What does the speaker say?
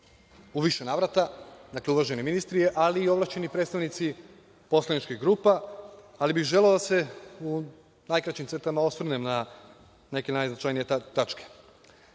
u više navrata, uvaženi ministri, ali i ovlašćeni predstavnici poslaničkih grupa, ali bih želeo da se u najkraćim crtama osvrnem na neke najznačajnije